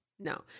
no